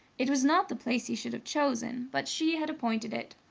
it was not the place he should have chosen, but she had appointed it.